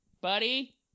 Buddy